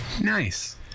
Nice